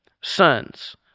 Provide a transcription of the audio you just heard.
sons